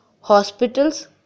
hospitals